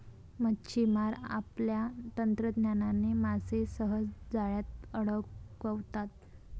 मच्छिमार आपल्या तंत्रज्ञानाने मासे सहज जाळ्यात अडकवतात